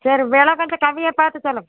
சரி வில கொஞ்சம் கம்மியாக பார்த்து சொல்லுங்கள்